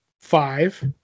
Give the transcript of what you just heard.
Five